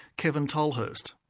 kevin tolhurst.